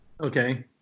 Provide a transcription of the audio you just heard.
Okay